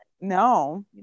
no